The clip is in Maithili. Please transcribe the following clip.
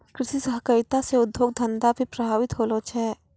कृषि सहकारिता से उद्योग धंधा भी प्रभावित होलो छै